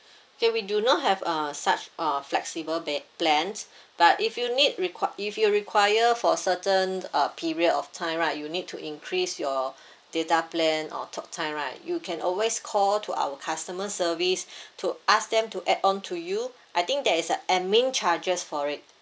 K we do not have a such a flexible be~ plans but if you need requi~ if you require for certain uh period of time right you need to increase your data plan or talktime right you can always call to our customer service to ask them to add on to you I think there is uh admin charges for it